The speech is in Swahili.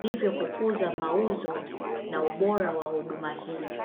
hivyo kukuza mauzo na ubora wa huduma hii.